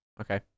Okay